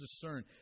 discern